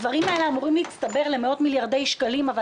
הדברים האלה אמורים להצטבר למאות מיליארדי שקלים אבל